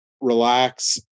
relax